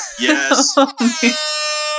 Yes